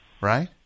Right